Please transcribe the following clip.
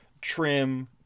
trim